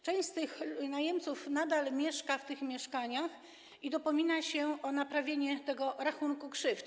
Część tych najemców nadal mieszka w tych mieszkaniach i dopomina się o wyrównanie tego rachunku krzywd.